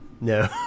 No